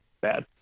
bad